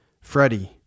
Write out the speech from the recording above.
Freddie